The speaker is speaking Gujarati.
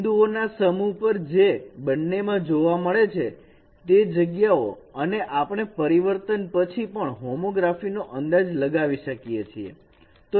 બિંદુઓના સમૂહ પર જે બંનેમાં જોવા મળે છે તે જગ્યાઓ અને આપણે પરિવર્તન પછી પણ હોમોગ્રાફી નો અંદાજ લગાવી શકીએ છીએ